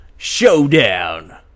Showdown